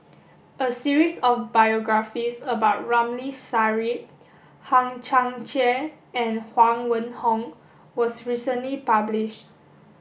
a series of biographies about Ramli Sarip Hang Chang Chieh and Huang Wenhong was recently published